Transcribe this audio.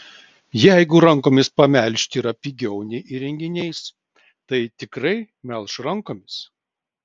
jeigu rankomis pamelžti yra pigiau nei įrenginiais tai tikrai melš rankomis